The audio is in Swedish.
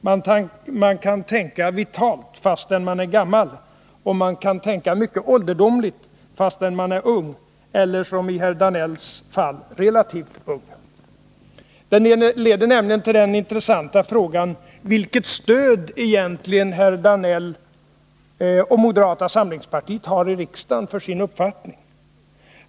Man kan tänka vitalt fastän man är gammal, och man kan tänka mycket ålderdomligt fastän man är ung eller, som i Georg Danells fall, relativt ung. Det leder nämligen till den intressanta frågan vilket stöd egentligen Georg Danell och moderata samlingspartiet har i riksdagen för sin uppfattning.